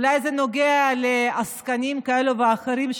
אולי זה נוגע לעסקנים כאלו ואחרים,